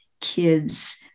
kids